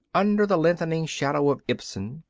under the lengthening shadow of ibsen,